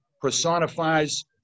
personifies